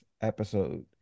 episode